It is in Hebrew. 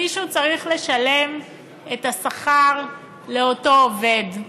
מישהו צריך לשלם את השכר לאותו עובד.